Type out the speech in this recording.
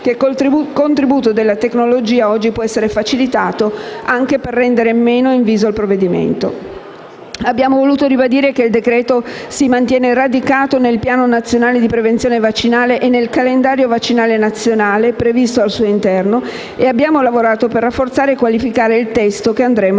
che, con il contributo della tecnologia, può essere oggi facilitato anche per rendere meno inviso il provvedimento. Abbiamo voluto ribadire che il decreto-legge si mantiene radicato nel Piano nazionale di prevenzione vaccinale e nel calendario vaccinale nazionale previsto al suo interno e abbiamo lavorato per rafforzare e qualificare il testo che andremo a